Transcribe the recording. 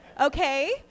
okay